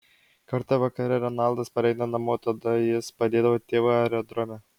kartą vakare renaldas pareina namo tada jis padėdavo tėvui aerodrome